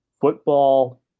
football